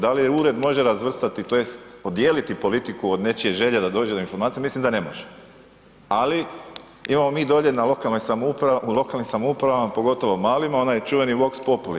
Da li je ured može razvrstati, tj. odijeliti politiku od nečije želje da dođe do informacija, mislim da ne može, ali imamo mi dolje u lokalnim samoupravama, pogotovo malima, onaj čuveni vox populi.